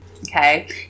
okay